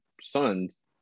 sons